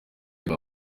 baba